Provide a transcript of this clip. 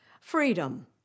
Freedom